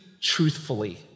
truthfully